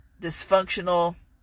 dysfunctional